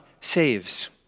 saves